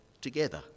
together